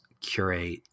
curate